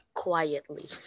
Quietly